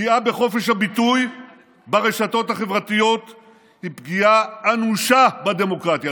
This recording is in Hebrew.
פגיעה בחופש הביטוי ברשתות החברתיות היא פגיעה אנושה בדמוקרטיה.